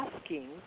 asking